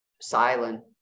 silent